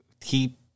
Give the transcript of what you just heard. keep